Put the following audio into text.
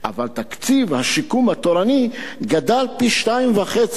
אבל תקציב השיקום התורני גדל פי-2.5".